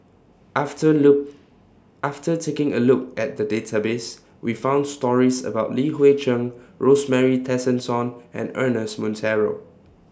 after after taking A Look At The Database We found stories about Li Hui Cheng Rosemary Tessensohn and Ernest Monteiro